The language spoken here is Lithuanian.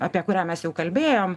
apie kurią mes jau kalbėjom